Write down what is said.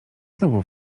znowu